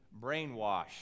brainwashed